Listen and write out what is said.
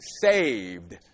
saved